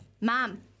mom